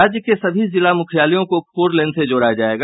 राज्य के सभी जिला मुख्यालयों को फोरलेन से जोड़ा जायेगा